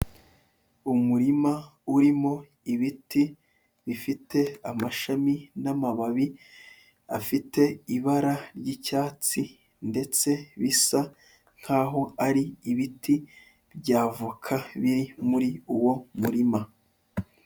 Umurima urimo ibiti bifite amashami n'amababi afite ibara ry'icyatsi, ndetse bisa nkaho ari ibiti by'avoka biri muri uwo murima.